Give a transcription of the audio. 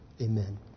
Amen